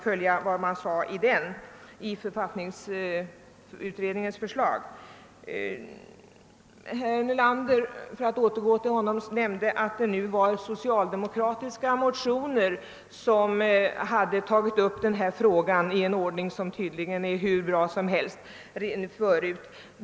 För att återgå till herr Nelander, så nämnde han att det var socialdemokrater som i motioner hade tagit upp denna fråga men att ordningen för riksdagsöppnandet tydligen var hur bra som helst förut.